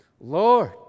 Lord